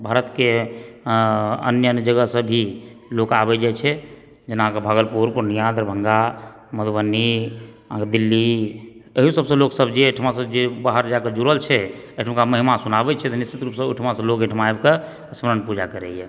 भारतके अन्य अन्य जगहसँ भी लोक आबय जै छै जेना अहाँकेँ भागलपुर पूर्णिया दरभङ्गा मधुबनी अहाँकेँ दिल्ली एहि सबसँ लोक सब जे बाहर जाके जुड़ल छै एहिठुमका महिमा सुनाबय छै निश्चित रूपसँ ओहिठुमासंँ लोक एहिठुमा आबिके स्मरण पूजा करैए